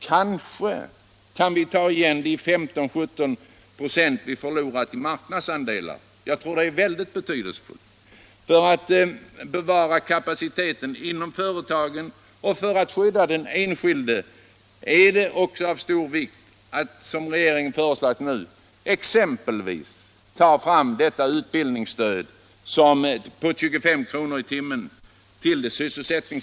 Kanske kan vi ta igen de 15-17 96 vi förlorat i marknadsandelar. Jag tror det är väldigt betydelsefullt. För att bevara kapaciteten inom företagen och för att skydda den enskilde är det också av stor vikt att, som regeringen nu föreslagit, höja utbildningsstödet till de sysselsättningshotade med 25 kr. i timmen. Herr talman!